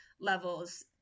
levels